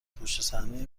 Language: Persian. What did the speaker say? پشتصحنهی